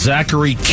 Zachary